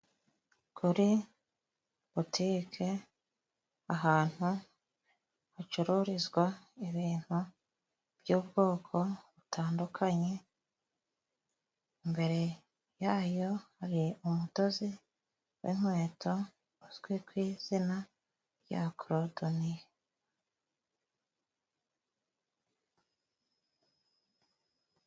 Kuri butike ahantu hacururizwa ibintu by'ubwoko butandukanye. Imbere yayo hari umudozi w'inkweto uzwi ku izina rya korodoniye.